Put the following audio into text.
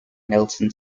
nelson